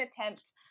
attempt